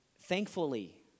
thankfully